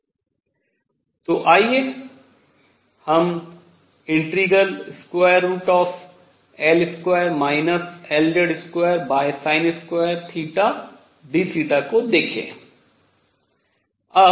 अब आइए हम ∫√L2 Lz2 dθ को देखें